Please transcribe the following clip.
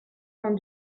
vingt